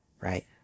Right